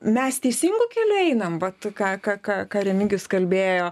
mes teisingu keliu einam vat ką ką ką ką remigijus kalbėjo